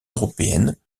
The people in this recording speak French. européenne